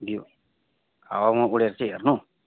ज्यू हावामा उडेर चाहिँ हेर्नु